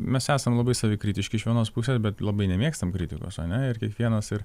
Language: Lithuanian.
mes esam labai savikritiški iš vienos pusės bet labai nemėgstam kritikos ar ne ir kiekvienas ir